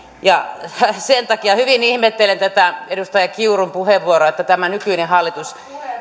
ja sen takia hyvin ihmettelen tätä edustaja kiurun puheenvuoroa että tämä nykyinen hallitus